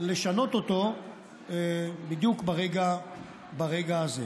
לשנות אותו בדיוק ברגע הזה.